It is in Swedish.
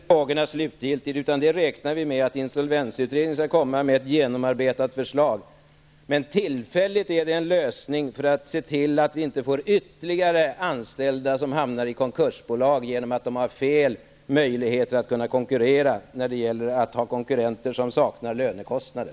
Fru talman! Som jag tidigare har sagt, löses inte frågorna slutgiltigt i och med detta. Vi räknar med att insolvensutredningen skall komma med ett genomarbetat förslag. Det här är en tillfällig lösning i syfte att se till att inte ytterligare anställda hamnar i konkursbolag på grund av begränsade konkurrensmöjligheter, dvs. att det finns konkurrenter utan lönekostnader.